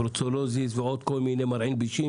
הברוצולוזיס ועוד כל מיני מרעין בישין